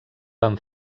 van